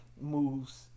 moves